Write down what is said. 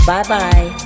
Bye-bye